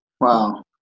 Wow